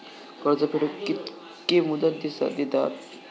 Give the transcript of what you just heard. कर्ज फेडूक कित्की मुदत दितात?